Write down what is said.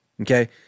Okay